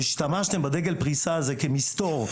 והשתמשתם בדגל הפריסה הזה כמסתור,